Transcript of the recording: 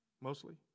Mostly